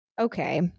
Okay